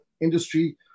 industry